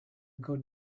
going